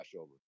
flashover